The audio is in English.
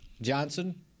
Johnson